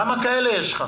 כמה כאלה יש?